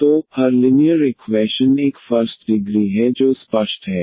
तो हर linear equation एक फर्स्ट डिग्री है जो स्पष्ट है